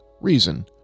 Reason